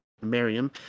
miriam